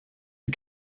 die